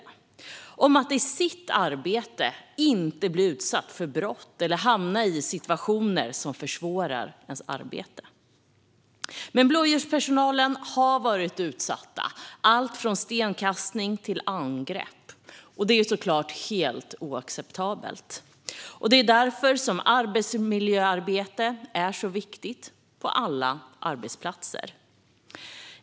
Det handlar om att i sitt arbete inte bli utsatt för brott eller hamna i situationer som försvårar ens arbete. Men blåljuspersonalen har varit utsatt. Det har gällt allt från stenkastning till angrepp. Det är såklart helt oacceptabelt. Det är därför arbetsmiljöarbete är så viktigt på alla arbetsplatser.